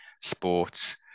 sports